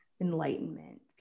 enlightenment